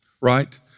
right